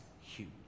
huge